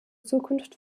zukunft